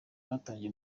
batangije